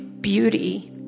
beauty